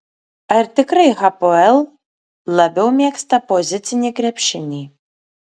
ar tikrai hapoel labiau mėgsta pozicinį krepšinį